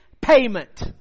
payment